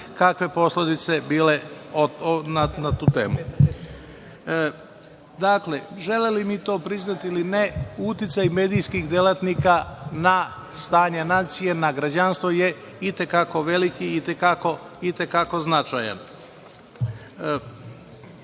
kakve posledice bile na tu temu. Dakle, želeli mi to priznati ili ne, uticaj medijskih delatnika na stanje nacije, na građanstvo je i te kako veliki i te kako značajan. Ne